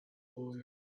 boy